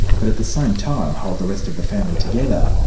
but at the same time hold the rest of the family together.